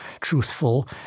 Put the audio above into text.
truthful